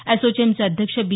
आसोचेमचे अध्यक्ष बी